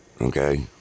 okay